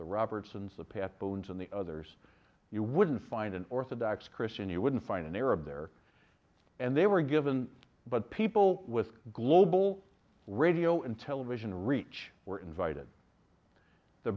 the robertsons of pat boone's and the others you wouldn't find an orthodox christian you wouldn't find an arab there and they were given but people with global radio and television reach were invited the